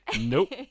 Nope